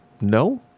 No